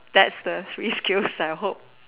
that's the three skills I hope